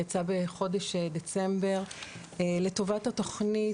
יצא בחודש דצמבר לטובת התוכנית,